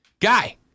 Guy